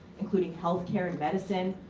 including health care and medicine,